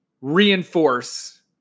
reinforce